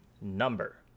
number